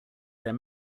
their